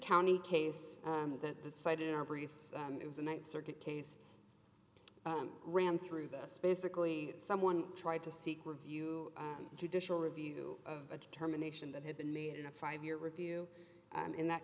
county case that that cited in our briefs it was a night circuit case ran through this basically someone tried to seek review judicial review of a determination that had been made in a five year review and in that